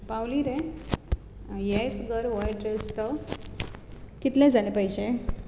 पावली रे हेंच घर हो एड्रेस तो कितले जाले पयशे